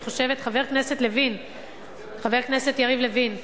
אני חושבת, חבר הכנסת יריב לוין,